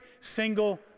single